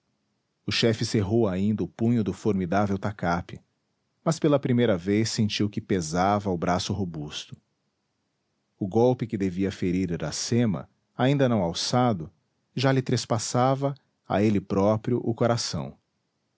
o chefe cerrou ainda o punho do formidável tacape mas pela vez primeira sentiu que pesava ao braço robusto o golpe que devia ferir iracema ainda não alçado já lhe trespassava a ele próprio o coração